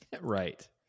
right